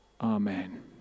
Amen